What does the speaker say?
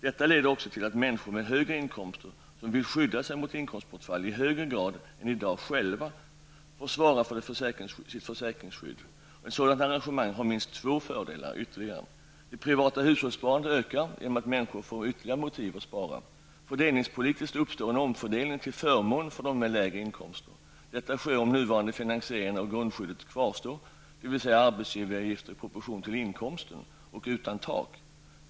Detta leder också till att människor med högre inkomster som vill skydda sig mot inkomstbortfall i högre grad än i dag själva får svara för sitt försäkringsskydd. Ett sådant arrangemang har minst två ytterligare fördelar. Det privata hushållssparandet ökar genom att människor får ytterligare motiv att spara. Fördelningspolitiskt uppstår det en omfördelning till förmån för personer med lägre inkomst. Detta sker om nuvarande finansiering av grundskyddet kvarstår, dvs. arbetsgivaravgifter i proportion till inkomsten och utan tak.